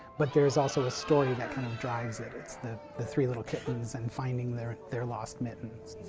but there's also a story that kind of drives it, it's the the three little kittens and finding their their lost mittens.